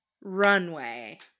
runway